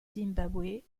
zimbabwe